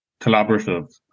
collaborative